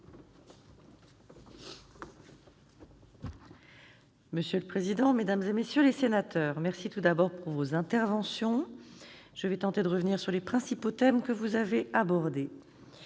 Mme la ministre. Mesdames, messieurs les sénateurs, merci tout d'abord pour vos interventions. Je vais revenir sur les principaux thèmes que vous avez abordés.